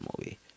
movie